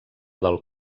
del